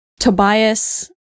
Tobias